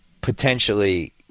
potentially